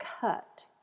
cut